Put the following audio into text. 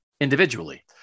individually